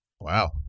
Wow